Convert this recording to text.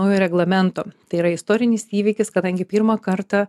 naujo reglamento tai yra istorinis įvykis kadangi pirmą kartą